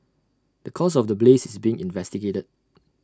the cause of the blaze is being investigated